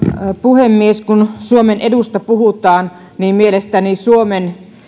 puhemies kun suomen edusta puhutaan niin mielestäni suomen